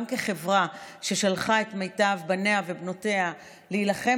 גם כחברה ששלחה את מיטב בניה ובנותיה להילחם